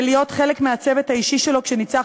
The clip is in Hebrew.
ולהיות חלק מהצוות האישי שלו כשניצח